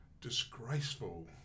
disgraceful